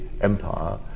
Empire